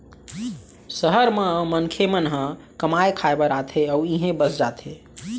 सहर म मनखे मन ह कमाए खाए बर आथे अउ इहें बस जाथे